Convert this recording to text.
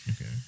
okay